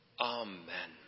Amen